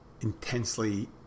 intensely